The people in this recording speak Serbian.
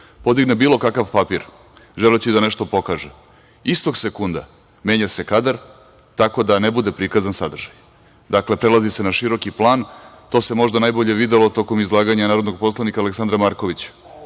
podigne bilo kakav papir, želeći da nešto pokaže, istog sekunda menja se kadar, tako da ne bude prikazan sadržaj, dakle, prelazi se na široki plan. To se možda najbolje videlo tokom izlaganja narodnog poslanika Aleksandra Markovića